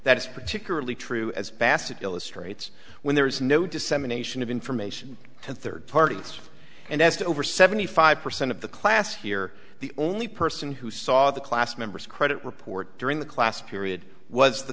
that is particularly true as bassett illustrates when there is no dissemination of information to third parties and as to over seventy five percent of the class here the only person who saw the class members credit report during the class period was the